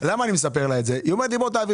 אני מספר לה את זה היא אומרת תעביר.